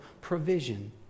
provision